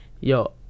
yo